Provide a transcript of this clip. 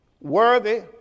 worthy